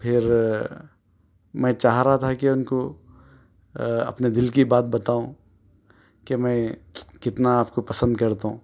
پھر میں چاہ رہا تھا کہ ان کو اپنے دل کی بات بتاؤں کہ میں کتنا آپ کو پسند کرتا ہوں